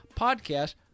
podcast